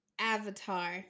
Avatar